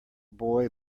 boy